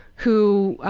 who,